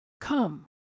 Come